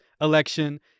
election